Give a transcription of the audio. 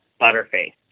butterface